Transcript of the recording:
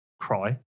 Cry